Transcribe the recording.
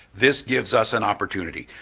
this gives us an opportunity,